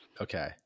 Okay